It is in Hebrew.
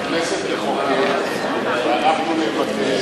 שהכנסת תחוקק ואנחנו נבטל,